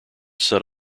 set